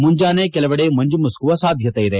ಮುಂಜಾನೆ ಕೆಲವೆಡೆ ಮಂಜು ಮುಸುಕುವ ಸಾಧ್ಯಕೆ ಇದೆ